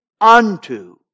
unto